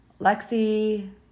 Lexi